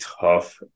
tough